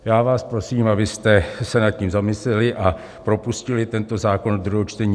Já vás prosím, abyste se nad tím zamysleli a propustili tento zákon do druhého čtení.